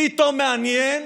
פתאום מעניין